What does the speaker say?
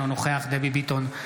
אינו נוכח דבי ביטון,